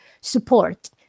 support